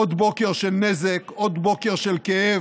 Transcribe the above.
היא עוד בוקר של נזק, עוד בוקר של כאב,